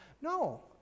No